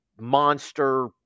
monster